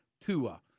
Tua